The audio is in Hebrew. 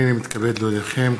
הנני מתכבד להודיעכם,